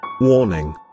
Warning